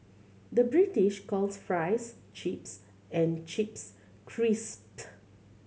the British calls fries chips and chips crisp